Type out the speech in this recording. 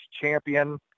Champion